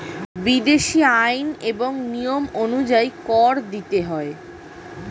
বিদেশী আইন এবং নিয়ম অনুযায়ী কর দিতে হয়